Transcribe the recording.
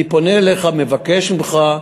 אני פונה אליך, מבקש ממך.